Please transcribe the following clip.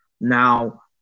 Now